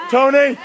Tony